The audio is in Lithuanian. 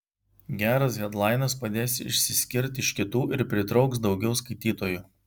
geras hedlainas padės išsiskirt iš kitų ir pritrauks daugiau skaitytojų